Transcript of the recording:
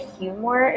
humor